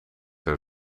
door